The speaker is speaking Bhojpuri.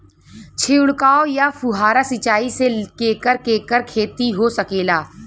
छिड़काव या फुहारा सिंचाई से केकर केकर खेती हो सकेला?